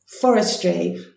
forestry